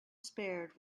spared